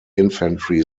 infantry